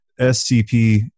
SCP